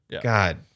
God